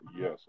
Yes